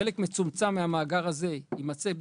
חלק מצומצם מהמאגר הזה יימצא,